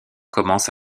commence